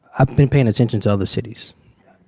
i've been paying attention to other cities.